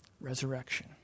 Resurrection